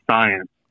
science